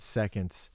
seconds